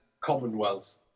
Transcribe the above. Commonwealth